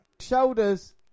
shoulders